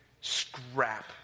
scrap